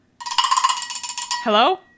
Hello